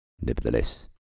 Nevertheless